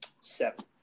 seven